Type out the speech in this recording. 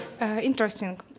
Interesting